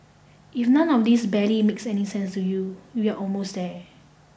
if none of this barely makes any sense to you we're almost there